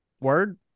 Word